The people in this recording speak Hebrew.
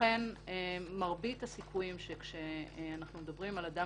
לכן מרבית הסיכויים שכשאנחנו מדברים על אדם